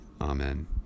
Amen